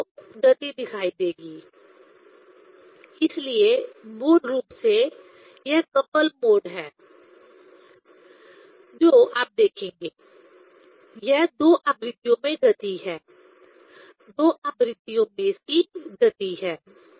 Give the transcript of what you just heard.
तब आपको गति दिखाई देगी इसलिए मूल रूप से यह कपल मोड है जो आप देखेंगे यह दो आवृत्तियों में गति है दो आवृत्तियों में इसकी गति है